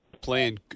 playing